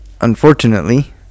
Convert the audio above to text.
Unfortunately